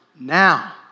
now